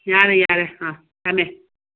ꯌꯥꯔꯦ ꯌꯥꯔꯦ ꯑꯥ ꯊꯝꯃꯦ